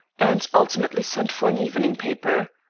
and ultimately sent for an evening paper.